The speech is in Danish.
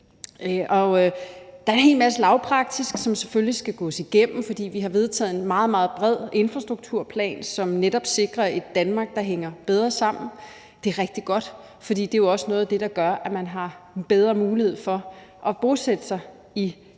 Der er en hel masse lavpraktiske ting, som selvfølgelig skal gås igennem, fordi vi har vedtaget en meget, meget bred infrastrukturplan, som netop sikrer et Danmark, der hænger bedre sammen. Det er rigtig godt, for det er jo også noget af det, der gør, at man har bedre mulighed for at bosætte sig i de